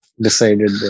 decided